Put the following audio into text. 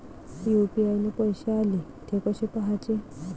UPI न पैसे आले, थे कसे पाहाचे?